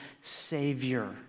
Savior